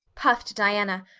puffed diana,